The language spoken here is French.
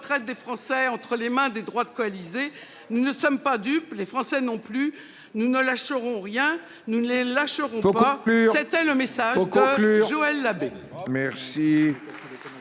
des Français entre les mains des droites coalisées. Nous ne sommes pas dupes, les Français non plus. Nous ne lâcherons rien, et nous ne les lâcherons pas ! Quel est l'avis de la